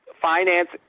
finance